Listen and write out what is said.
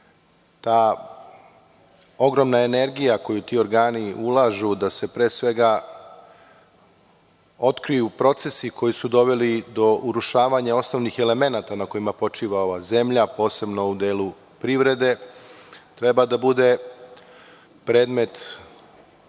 Ta ogromna energija koju ti organi ulažu da se pre svega otkriju procesi koji su doveli do urušavanja osnovnih elemenata na kojima počiva ova zemlja, posebno u delu privrede, treba da bude predmet,